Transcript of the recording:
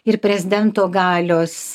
ir prezidento galios